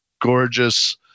gorgeous